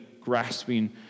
grasping